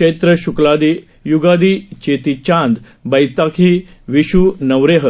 Chaitra Shukladi Ugadi Cheti Chand Baisakhi Vishu Navreh